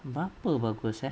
beberapa juta sia